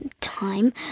time